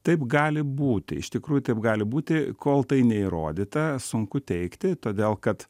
taip gali būti iš tikrųjų taip gali būti kol tai neįrodyta sunku teigti todėl kad